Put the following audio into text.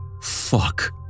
Fuck